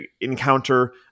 encounter